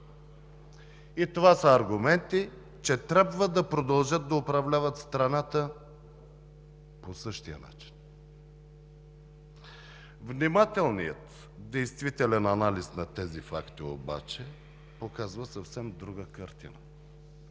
И това са аргументи, че трябва да продължат да управляват страната по същия начин. Внимателният, действителен анализ на тези факти обаче показва съвсем друга картина